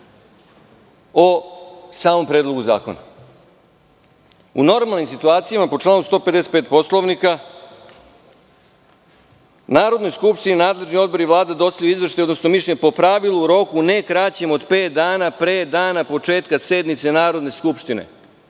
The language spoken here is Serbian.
o samom Predlogu zakona. U normalnim situacijama po članu 155. Poslovnika Narodnoj skupštini nadležni odbor i Vlada dostavljaju izveštaj odnosno mišljenje, po pravilu u roku ne kraćem od pet dana pre dana početka sednice Narodne skupštine.